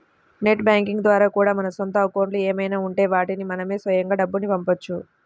net banking ద్వారా కూడా మన సొంత అకౌంట్లు ఏమైనా ఉంటే వాటికి మనమే స్వయంగా డబ్బుని పంపవచ్చు